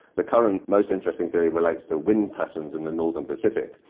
the current most interesting theory relates to wind patterns in the northern pacific.